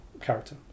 character